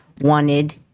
wanted